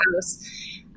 house